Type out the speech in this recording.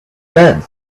bed